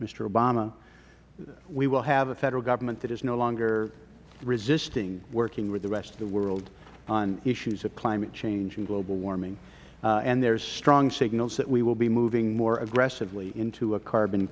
obama we will have a federal government that is no longer resisting working with the rest of the world on issues of climate change and global warming and there's strong signals that we will be moving more aggressively into a carbon